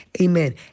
Amen